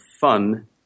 fun